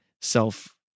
self